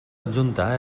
adjunta